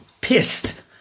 pissed